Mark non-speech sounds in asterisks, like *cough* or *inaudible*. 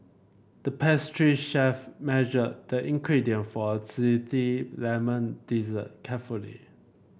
the pastry chef measured the ingredient for a *unintelligible* lemon dessert carefully